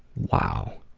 wow.